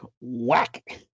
whack